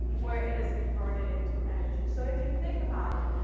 where it is converted into energy. so if you think about it,